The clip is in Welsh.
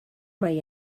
mai